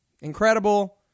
incredible